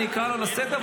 אני אקרא אותו לסדר,